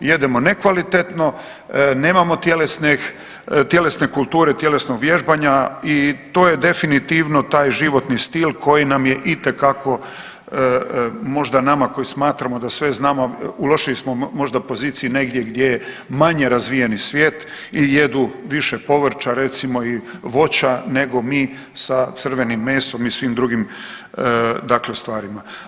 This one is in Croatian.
Jedemo nekvalitetno, nemamo tjelesne kulture, tjelesnog vježbanja i to je definitivno taj životni stil koji nam je itekako, možda nama koji smatramo da sve znamo, u lošijoj smo možda poziciji negdje gdje je manje razvijeni svijet i jedu više povrća recimo i voća nego mi sa crvenim mesom i svim drugim dakle stvarima.